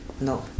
no